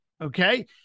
okay